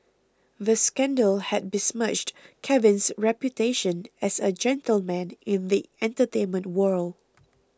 the scandal had besmirched Kevin's reputation as a gentleman in the entertainment world